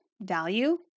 value